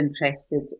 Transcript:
interested